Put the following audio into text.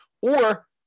Or-